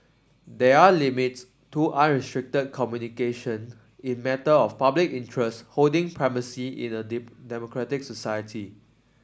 there are limits to communication in matter of public interest holding primacy in a democratic society